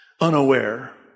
unaware